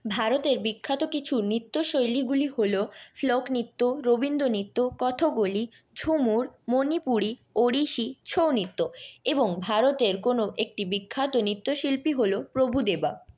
ভারতের বিখ্যাত কিছু নৃত্যশৈলীগুলি হল ফোক নৃত্য রবীন্দ্র নৃত্য কথাকলি ঝুমুর মণিপুরী ওড়িশি ছৌ নৃত্য এবং ভারতের কোনো একটি বিখ্যাত নৃত্য শিল্পী হল প্রভু দেবা